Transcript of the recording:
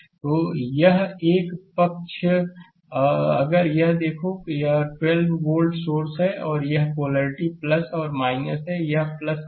तो यह एक यह पक्ष अगर यह देखो कि यह 12 वोल्ट सोर्स है और पोलैरिटी है यह यह है 6